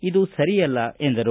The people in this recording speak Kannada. ಇದು ಸರಿಯಲ್ಲ ಎಂದರು